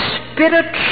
spirit